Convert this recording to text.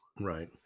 Right